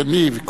אין לי ויכוח.